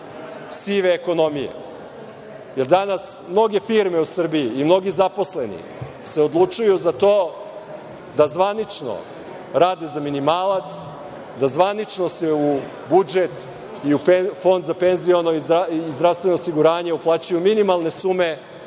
sive ekonomije, jer danas mnoge firme u Srbiji i mnogi zaposleni se odlučuju za to da zvanično rade za minimalac, da zvanično se u budžet i u Fond za penziono o zdravstveno osiguranje uplaćuju minimalne sume,